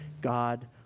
God